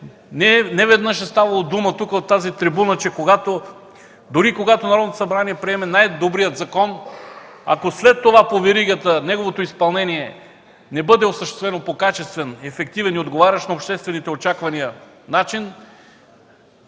Неведнъж е ставало дума от тази трибуна, че дори когато Народното събрание приеме най-добрия закон, ако след това по веригата неговото изпълнение не бъде осъществено по качествен, ефективен и отговарящ на обществените очаквания начин,